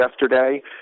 yesterday